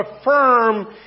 affirm